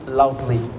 loudly